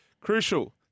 Crucial